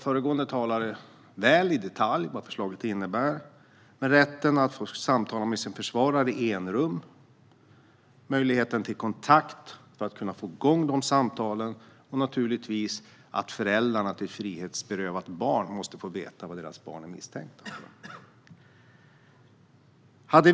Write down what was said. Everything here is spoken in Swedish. Föregående talare har väl och i detalj redogjort för vad förslaget innebär: rätten att få samtala med sin försvarare i enrum, möjligheten till kontakt för att kunna få igång dessa samtal samt naturligtvis att föräldrarna till frihetsberövade barn måste få veta vad deras barn är misstänkta för.